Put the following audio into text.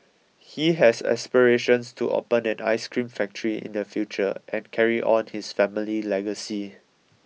he has aspirations to open an ice cream factory in the future and carry on his family legacy